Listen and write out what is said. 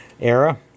era